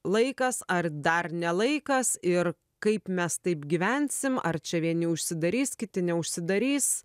laikas ar dar ne laikas ir kaip mes taip gyvensim ar čia vieni užsidarys kiti neužsidarys